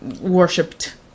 worshipped